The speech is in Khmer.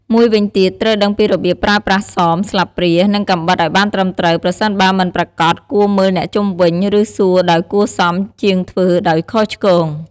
មួយវិញទៀត ត្រូវដឹងពីរបៀបប្រើប្រាស់សម ស្លាបព្រា និងកាំបិតឱ្យបានត្រឹមត្រូវ ប្រសិនបើមិនប្រាកដ គួរមើលអ្នកជុំវិញ ឬសួរដោយគួរសមជាងធ្វើដោយខុសឆ្គង។